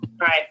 right